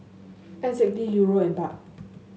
N Z D Euro and Baht